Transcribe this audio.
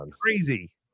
crazy